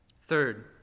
Third